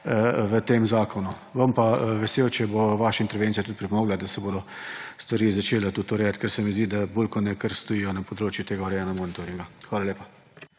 v tem zakonu. Bom pa vesel, če bo vaša intervencija tudi pripomogla, da se bodo stvari začele tudi urejati, ker se mi zdi, da bolj kot ne kar stojijo na področju tega urejanja monitoringa. Hvala lepa.